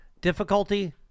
difficulty